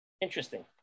interesting